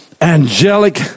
angelic